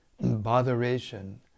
botheration